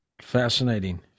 Fascinating